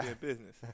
business